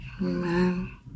Amen